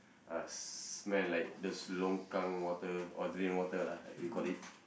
uh smell like those longkang water or drain water lah we call it